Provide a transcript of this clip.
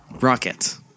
Rocket